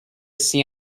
see